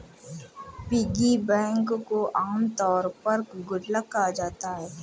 piggy bank को आमतौर पर गुल्लक कहा जाता है